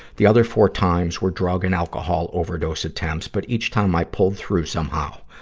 the other four times were drug and alcohol overdose attempts, but each time i pulled through somehow.